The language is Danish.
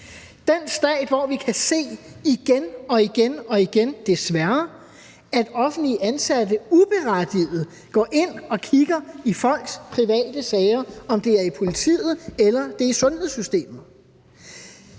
den stat, hvor vi igen og igen kan se – desværre – at offentligt ansatte uberettiget går ind og kigger i folks private sager, om det er i politiet eller det er i sundhedssystemet?